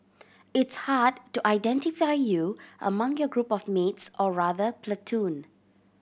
it's hard to identify you among your group of mates or rather platoon